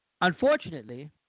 unfortunately